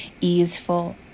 easeful